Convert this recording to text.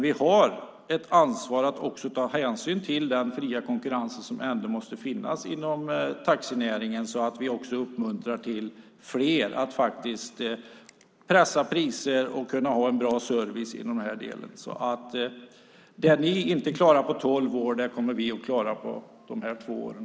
Vi har ett ansvar att ta hänsyn till den fria konkurrens som måste finnas inom taxinäringen och uppmuntra fler att pressa priser och ha en bra service. Det ni inte klarade på tolv år kommer vi att klara på de här två åren.